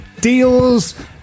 deals